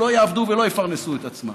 לא יעבדו ולא יפרנסו את עצמם.